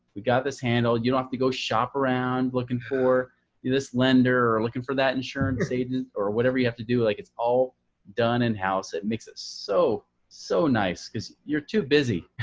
we got this handled. you don't have to go shop around looking for this lender or looking for that insurance agent or whatever you have to do. like it's all done in house. it makes it so, so nice because you're too busy.